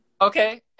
Okay